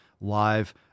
Live